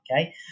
okay